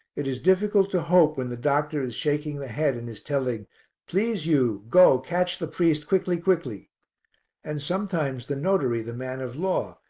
it is difficult to hope when the doctor is shaking the head and is telling please, you go, catch the priest quickly, quickly and sometimes the notary, the man of law,